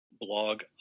blog